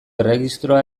erregistroa